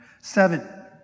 seven